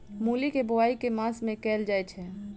मूली केँ बोआई केँ मास मे कैल जाएँ छैय?